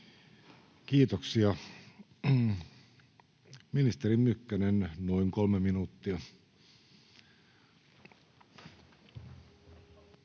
Content: Ministeri Mykkänen, noin kolme minuuttia.